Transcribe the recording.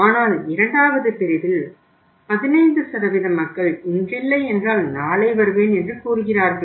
ஆனால் இரண்டாவது பிரிவில் 15 மக்கள் இன்றில்லை என்றால் நாளை வருவேன் என்று கூறுகிறார்கள்